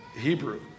Hebrew